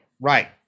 right